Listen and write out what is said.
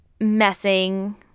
messing